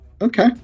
okay